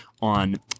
On